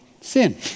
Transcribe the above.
Sin